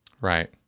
Right